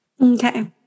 Okay